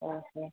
ଓ ହୋ